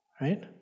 right